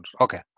Okay